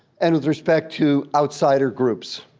and with respect to outsider groups.